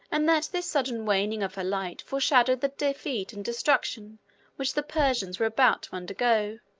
and that this sudden waning of her light foreshadowed the defeat and destruction which the persians were about to undergo.